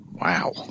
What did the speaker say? Wow